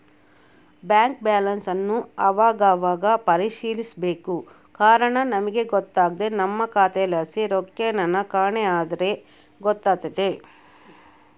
bank ಬ್ಯಾಲನ್ಸನ್ ಅವಾಗವಾಗ ಪರಿಶೀಲಿಸ್ಬೇಕು ಕಾರಣ ನಮಿಗ್ ಗೊತ್ತಾಗ್ದೆ ನಮ್ಮ ಖಾತೆಲಾಸಿ ರೊಕ್ಕೆನನ ಕಾಣೆ ಆಗಿದ್ರ ಗೊತ್ತಾತೆತೆ